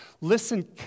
Listen